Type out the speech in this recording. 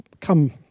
come